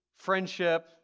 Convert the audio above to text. friendship